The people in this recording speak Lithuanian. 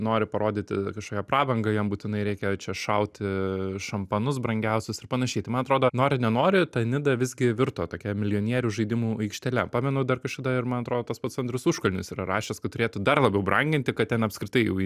nori parodyti kažkokią prabangą jiem būtinai reikia čia šauti šampanus brangiausius ir panašiai tai man atrodo nori nenori ta nida visgi virto tokia milijonierių žaidimų aikštele pamenu dar kažkada ir man atrodo tas pats andrius užkalnis yra rašęs kad turėtų dar labiau branginti kad ten apskritai jau į